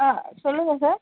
ஆ சொல்லுங்கள் சார்